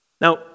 Now